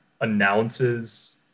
announces